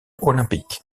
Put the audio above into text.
olympique